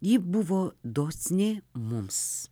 ji buvo dosni mums